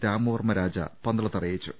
രാമവർമ്മ രാജ പന്തളത്ത് അറിയിച്ചു